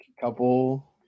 couple